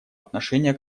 отношения